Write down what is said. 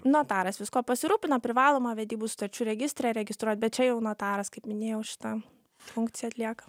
notaras viskuo pasirūpina privaloma vedybų sutarčių registre įregistruot bet čia jau notaras kaip minėjau šitą funkciją atlieka